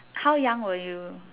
how young were you